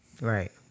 Right